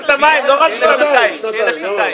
שנתיים.